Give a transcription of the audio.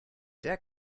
der